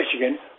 Michigan